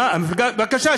בבקשה.